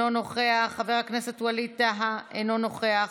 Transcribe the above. אינו נוכח, חבר הכנסת ווליד טאהא, אינו נוכח,